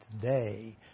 today